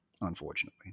unfortunately